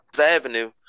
Avenue